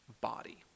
body